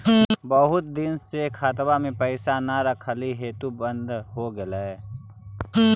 बहुत दिन से खतबा में पैसा न रखली हेतू बन्द हो गेलैय?